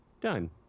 done